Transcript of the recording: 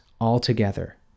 altogether